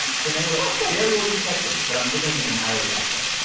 the name of that derry, will you catch him? but i'm giving him an irish accent.